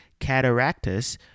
Cataractus